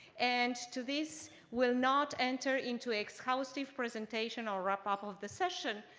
and to this, we'll not enter into exhaustive presentation or wrap-up of the session,